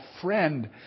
friend